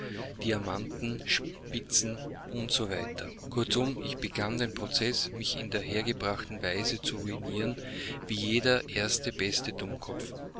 diamanten spitzen u s w kurzum ich begann den prozeß mich in der hergebrachten weise zu ruinieren wie jeder erste beste dummkopf